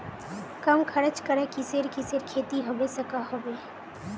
कम खर्च करे किसेर किसेर खेती होबे सकोहो होबे?